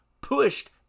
pushed